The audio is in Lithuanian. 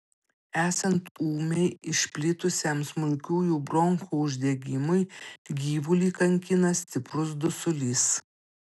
esant ūmiai išplitusiam smulkiųjų bronchų uždegimui gyvulį kankina stiprus dusulys